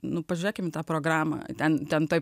nu pažiūrėkim tą programą ten ten toje